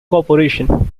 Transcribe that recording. corporation